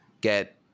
get